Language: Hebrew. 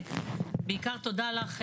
בעיקר תודה לך,